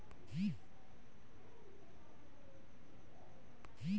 जैविक विधि से खेती करले से किसान के फसल उत्पादन में बढ़ोतरी होला आउर लाभ भी अधिक मिलेला